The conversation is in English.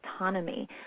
autonomy